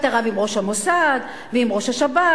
אתה רב עם ראש המוסד ועם ראש השב"כ,